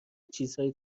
چیزهایی